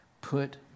Put